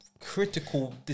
critical